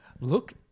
look